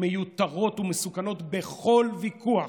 מיותרות ומסוכנות בכל ויכוח.